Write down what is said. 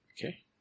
Okay